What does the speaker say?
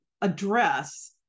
address